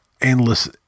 endless